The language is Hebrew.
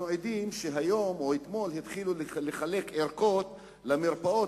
אנחנו יודעים שהיום או אתמול התחילו לחלק ערכות למרפאות,